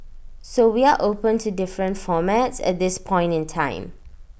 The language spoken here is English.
so we are open to different formats at this point in time